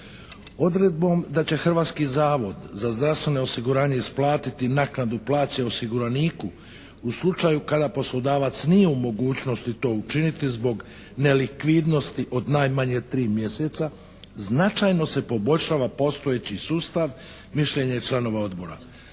Odredbom da će Hrvatski zavod za zdravstveno osiguranje isplatiti naknadu plaće osiguraniku u slučaju kada poslodavac nije u mogućnosti to učiniti zbog nelikvidnosti od najmanje tri mjeseca značajno se poboljšava postojeći sustav mišljenje je članova Odbora.